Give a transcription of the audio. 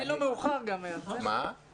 עדיין לא מאוחר להצטרף.